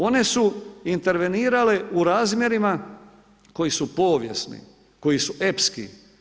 One su intervenirale u razmjerima koji su povijesni, koji su epski.